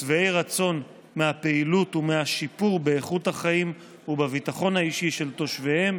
שבעי רצון מהפעילות ומהשיפור באיכות החיים ובביטחון האישי של תושביהם,